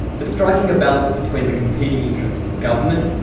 but striking a balance between the competing interests of government,